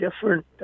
different